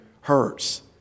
hurts